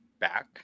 back